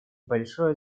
большой